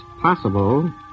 possible